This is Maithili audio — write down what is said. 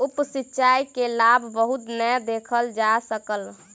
उप सिचाई के लाभ बहुत नै देखल जा सकल